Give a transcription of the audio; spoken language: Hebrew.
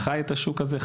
הוא חי את השוק הזה,